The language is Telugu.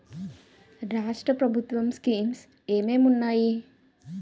రాష్ట్రం ప్రభుత్వ స్కీమ్స్ ఎం ఎం ఉన్నాయి?